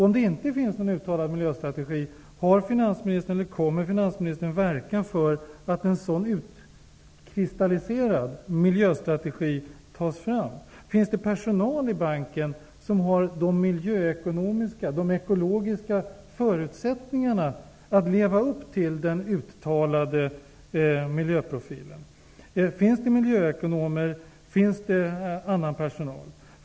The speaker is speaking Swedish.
Om så inte är fallet, har finansministern verkat för eller kommer finansministern att verka för att en utkristalliserad miljöstrategi tas fram? Finns det personal i banken som har de miljöekonomiska och ekologiska förutsättningarna att leva upp till de uttalade miljöprofilen? Finns det miljöekonomer? Finns det annan personal?